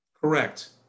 Correct